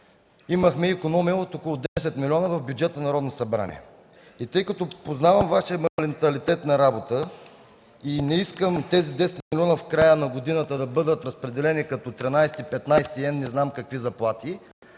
имахме икономии от около 10 милиона в бюджета на Народното събрание. Тъй като познавам Вашия манталитет на работа и не искам тези 10 милиона в края на годината да бъдат разпределени като 13-и, 15-и и не знам какви си заплати,